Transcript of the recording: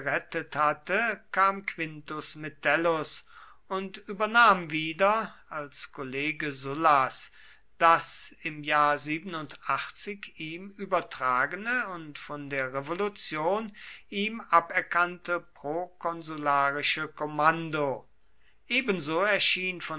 hatte kam quintus metellus und übernahm wieder als kollege sullas das im jahr ihm übertragene und von der revolution ihm aberkannte prokonsularische kommando ebenso erschien